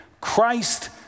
Christ